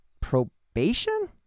probation